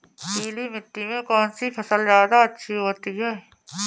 पीली मिट्टी में कौन सी फसल ज्यादा अच्छी होती है?